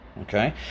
Okay